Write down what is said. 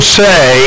say